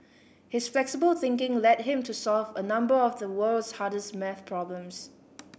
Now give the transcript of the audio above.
his flexible thinking led him to solve a number of the world's hardest maths problems